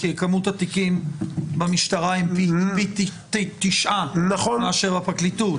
כי כמות התיקים במשטרה היא פי 9 מאשר בפרקליטות.